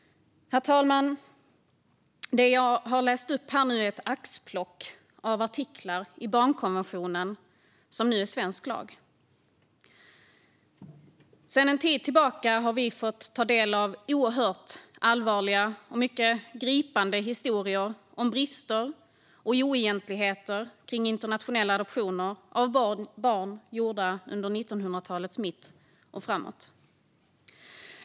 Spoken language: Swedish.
Herr talman! Det jag nu har läst upp är ett axplock av artiklar i barnkonventionen, som nu också är svensk lag. Sedan en tid tillbaka har vi fått ta del av oerhört allvarliga och mycket gripande historier om brister och oegentligheter kring internationella adoptioner av barn gjorda under 1900-talets mitt och framåt.